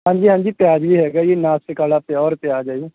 ਹਾਂਜੀ ਹਾਂਜੀ ਪਿਆਜ਼ ਵੀ ਹੈਗਾ ਜੀ ਨਾਸਿਕ ਵਾਲਾ ਪਿਓਰ ਪਿਆਜ਼ ਆ ਜੀ